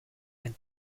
and